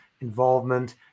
involvement